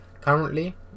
currently